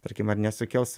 tarkim ar nesukels